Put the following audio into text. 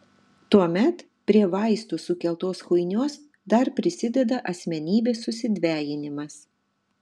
tuomet prie vaistų sukeltos chuinios dar prisideda asmenybės susidvejinimas